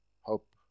hope